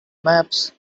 maps